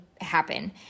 happen